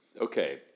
Okay